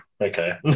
Okay